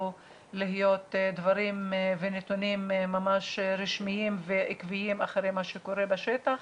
להיות דברים ונתונים רשמיים ועקביים אחרי מה שקורה בשטח.